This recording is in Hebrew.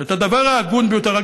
את הדבר ההגון ביותר.